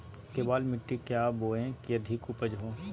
केबाल मिट्टी क्या बोए की अधिक उपज हो?